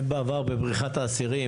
בעבר בבריחת האסירים,